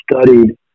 studied